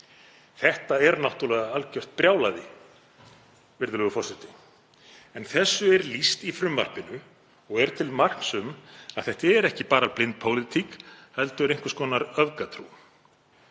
Þetta er náttúrlega algjört brjálæði, virðulegur forseti. En þessu er lýst í frumvarpinu og er til marks um að þetta er ekki bara blind pólitík heldur einhvers konar öfgatrú.